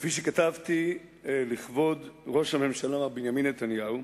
כפי שכתבתי לכבוד ראש הממשלה בנימין נתניהו,